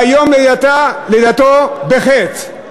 והיום לידתו בחטא.